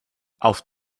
auf